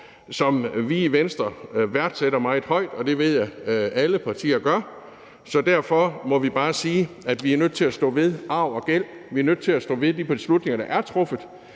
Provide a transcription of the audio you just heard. som vi i Venstre værdsætter meget højt, og det ved jeg at alle partier gør, så derfor må vi bare sige, at vi er nødt til at stå ved arv og gæld; vi er nødt til at stå ved de beslutninger, der er truffet,